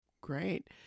Great